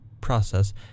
process